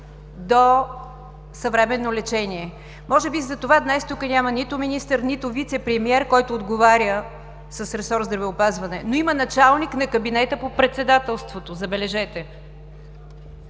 до съвременно лечение. Може би затова днес тук няма нито министър, нито вицепремиер, който отговаря за ресор „Здравеопазване“. Но има началник на кабинета по председателството, забележете!